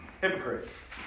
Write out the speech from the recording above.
Hypocrites